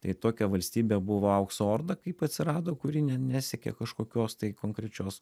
tai tokia valstybė buvo aukso orda kaip atsirado kuri ne nesiekė kažkokios tai konkrečios